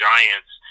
Giants